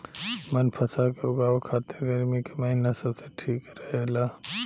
बनफशा के उगावे खातिर गर्मी के महिना सबसे ठीक रहेला